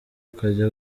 akajya